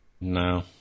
No